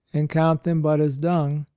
and count them but as dung,